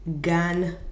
gun